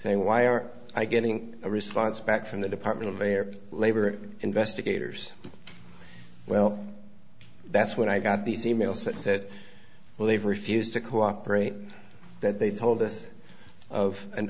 three why are i getting a response back from the department of a year labor investigators well that's when i got these emails that said well they've refused to cooperate that they told us of an